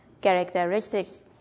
characteristics